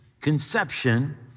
conception